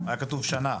שנה.